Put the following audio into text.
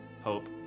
hope